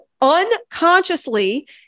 unconsciously